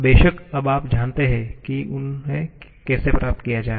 बेशक अब आप जानते हैं कि उन्हें कैसे प्राप्त किया जाए